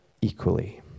equally